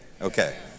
Okay